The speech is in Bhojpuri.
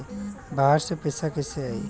बाहर से पैसा कैसे आई?